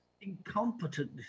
Incompetent